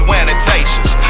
annotations